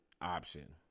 option